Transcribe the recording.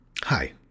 Hi